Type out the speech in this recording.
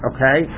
Okay